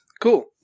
Cool